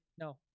No